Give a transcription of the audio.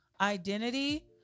identity